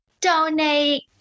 donate